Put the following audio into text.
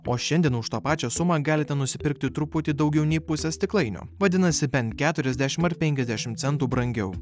o šiandien už tą pačią sumą galite nusipirkti truputį daugiau nei pusę stiklainio vadinasi bent keturiasdešimt ar penkiasdešimt centų brangiau